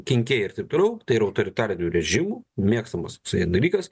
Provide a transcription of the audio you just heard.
kenkėjai ir taip toliau tai yra autoritarinių režimų mėgstamas dalykas